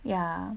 ya